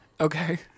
Okay